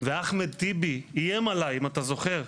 ואחמד טיבי איים עלי, אם אתה זוכר: